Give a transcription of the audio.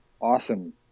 awesome